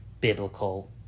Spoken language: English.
biblical